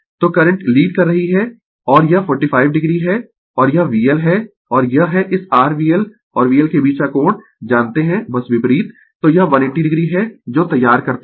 तो current lead कर रही है और यह 45 o है और यह VL है और यह है इस r VL और VL के बीच का कोण जानते है बस विपरीत तो यह 180 o है जो तैयार करते है